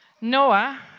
Noah